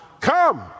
Come